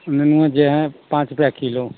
नेनुवाँ जो है पाँच रुपया किलो